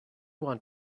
want